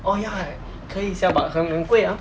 oh ya 可以 sia but 很很贵啊